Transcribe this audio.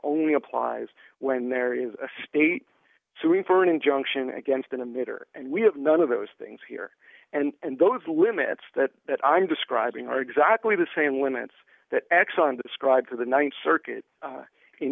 only applies when there is a state suing for an injunction against an emitter and we have none of those things here and those limits that that i'm describing are exactly the same limits that exxon described for the th circuit